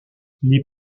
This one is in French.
les